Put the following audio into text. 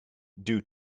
due